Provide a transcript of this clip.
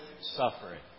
suffering